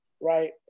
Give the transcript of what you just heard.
right